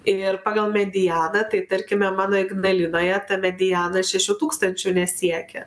ir pagal medianą tai tarkime mano ignalinoje ta mediana šešių tūkstančių nesiekia